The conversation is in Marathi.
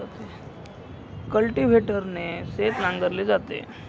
कल्टिव्हेटरने शेत नांगरले जाते